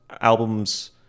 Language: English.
albums